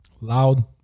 loud